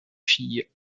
filles